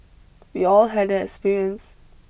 we all had that experience